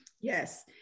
Yes